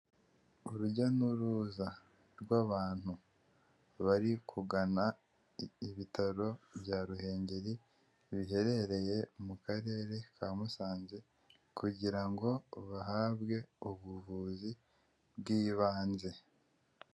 Urujya n'uruza rw'abantu bari kugana ibitaro bya Ruhengeri biherereye mu karere ka Musanze kugira ngo bahabwe ubuvuzi bw'ibanze.